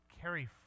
carry